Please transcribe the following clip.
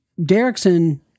Derrickson